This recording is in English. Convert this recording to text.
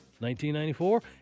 1994